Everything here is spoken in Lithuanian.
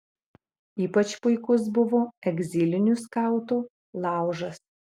ypač puikus buvo egzilinių skautų laužas